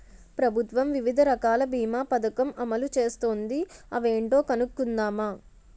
ప్రభుత్వం వివిధ రకాల బీమా పదకం అమలు చేస్తోంది అవేంటో కనుక్కుందామా?